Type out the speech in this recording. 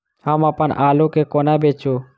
हम अप्पन आलु केँ कोना बेचू?